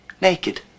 naked